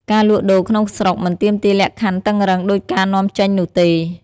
ការលក់ដូរក្នុងស្រុកមិនទាមទារលក្ខខណ្ឌតឹងរ៉ឹងដូចការនាំចេញនោះទេ។